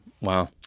Wow